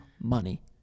money